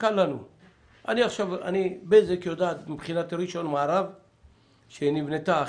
אזור סטטיסטי זו החלוקה שהלמ"ס עשתה.